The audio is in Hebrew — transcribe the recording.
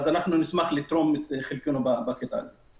נשמח לתרום את חלקנו בקטע הזה.